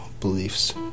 beliefs